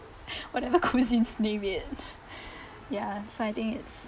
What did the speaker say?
whatever cuisines name it ya so I think it's